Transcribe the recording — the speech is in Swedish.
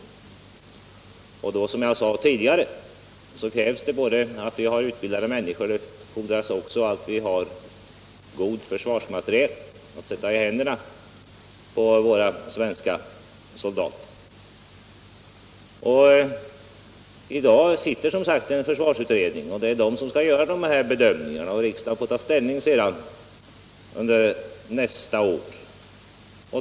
Då krävs det, som jag sade tidigare, både att vi har utbildade människor och att vi har god försvarsmateriel att sätta i händerna på våra svenska soldater. I dag arbetar en försvarsutredning, och det är den som skall göra dessa bedömningar. Riksdagen får sedan ta ställning under nästa år.